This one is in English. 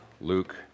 Luke